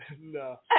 No